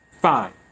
Fine